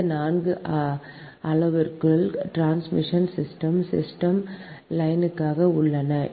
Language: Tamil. இந்த நான்கு அளவுருக்கள் டிரான்ஸ்மிஷன் சிஸ்டம் டிரான்ஸ்மிஷன் லைனுக்காக உள்ளன